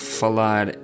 falar